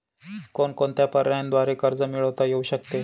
कोणकोणत्या पर्यायांद्वारे कर्ज मिळविता येऊ शकते?